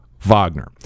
Wagner